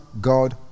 God